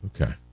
Okay